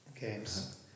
games